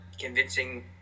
convincing